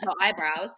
eyebrows